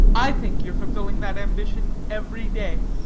i think you're fulfilling that ambition every day,